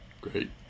Great